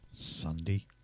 Sunday